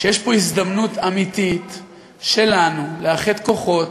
יש פה הזדמנות אמיתית שלנו לאחד כוחות,